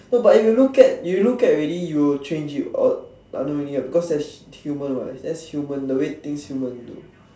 no but if you look at you look at already you will change it or because that's human what that's human the way things humans do